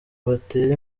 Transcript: batere